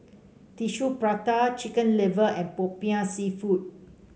Tissue Prata Chicken Liver and popiah seafood